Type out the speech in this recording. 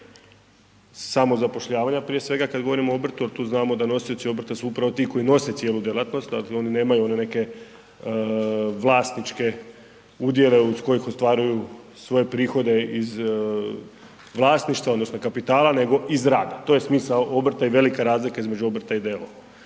samozapošljavanja prije svega kad govorimo o obrtu. Jer tu znamo da tu nosioci obrta su upravo ti koji nose cijelu djelatnost, dakle oni nemaju one neke vlasničke udjele iz kojih ostvaruju svoje prihode iz vlasništva odnosno kapitala nego iz rada. To je smisao obrta i velika razlika između obrta i d.o.o.